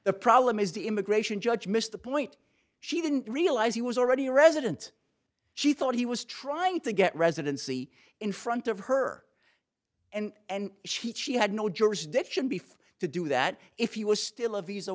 the problem is the immigration judge missed the point she didn't realize he was already a resident she thought he was trying to get residency in front of her and chichi had no jurisdiction beef to do that if he was still a visa